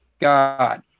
God